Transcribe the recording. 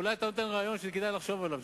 אולי אתה נותן רעיון שכדאי לחשוב עליו,